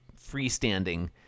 freestanding